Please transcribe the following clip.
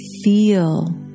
Feel